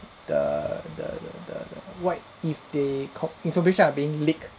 the the the the what if they copy information are being leaked